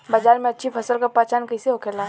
बाजार में अच्छी फसल का पहचान कैसे होखेला?